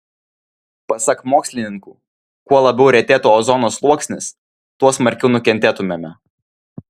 pasak mokslininkų kuo labiau retėtų ozono sluoksnis tuo smarkiau nukentėtumėme